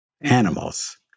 Animals